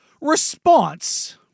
response